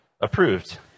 approved